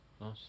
Nice